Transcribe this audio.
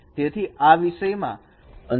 તેથી આ વિષયમાં અંતર નો રેશિયો સચવાયેલ છે